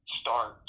start